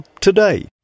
today